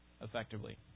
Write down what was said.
effectively